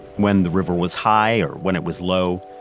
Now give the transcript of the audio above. when the river was high or when it was low,